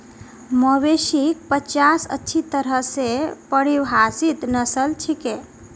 मवेशिक पचास अच्छी तरह स परिभाषित नस्ल छिके